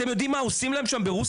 אתם יודעים מה עושים להם ברוסיה?